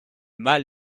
mâle